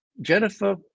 Jennifer